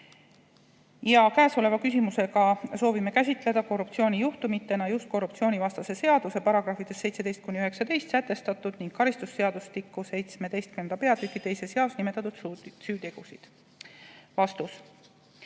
Käesoleva küsimusega soovime käsitleda korruptsioonijuhtumitena just korruptsioonivastase seaduse §‑des 17–19 sätestatud ning karistusseadustiku 17. peatüki 2. jaos nimetatud süütegusid." Vastus.